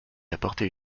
apporter